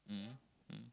mmhmm mm